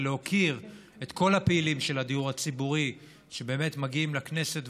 ולהוקיר את כל הפעילים של הדיור הציבור שמגיעים לכנסת,